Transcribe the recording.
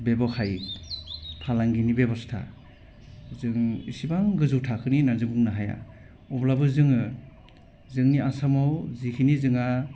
बेब'खाय फालांगिनि बेब'स्था जों एसेबां गोजौ थाखोनि होननानै जों बुंनो हाया अब्लाबो जोङो जोंनि आसामाव जिखिनि जोंहा